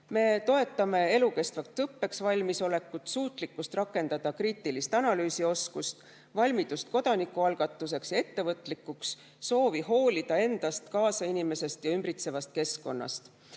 Me toetame elukestvaks õppeks valmisolekut, suutlikkust rakendada kriitilise analüüsi oskust, valmidust kodanikualgatusteks ja ettevõtlikkuseks, soovi hoolida endast, kaasinimesest ja ümbritsevast keskkonnast.